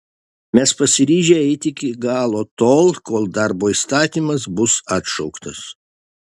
mes pasiryžę eiti iki galo tol kol darbo įstatymas bus atšauktas